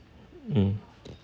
mm